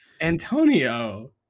Antonio